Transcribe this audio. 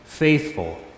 Faithful